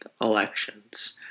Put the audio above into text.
elections